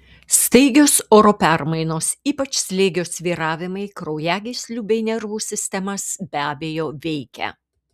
staigios oro permainos ypač slėgio svyravimai kraujagyslių bei nervų sistemas be abejo veikia